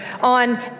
on